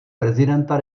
prezidenta